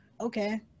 Okay